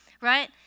right